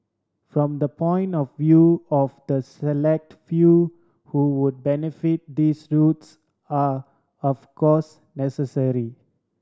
from the point of view of the select few who would benefit these routes are of course necessary